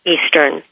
Eastern